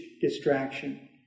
distraction